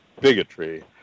bigotry